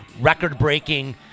record-breaking